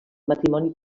matrimoni